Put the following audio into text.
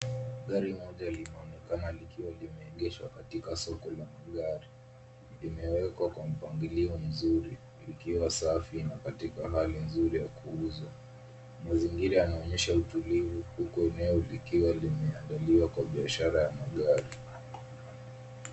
Gari moja linaonekana likiwa limeegeshwa katika soko la magari . Imewekwa kwa mpangilio mzuri likiwa safi na katika hali nzuri ya kuuza. Mazingira yanaonyesha utulivu huku eneo likiwa limeandaliwa kwa biashara ya magari.